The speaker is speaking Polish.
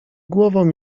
głową